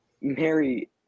mary